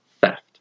theft